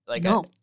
No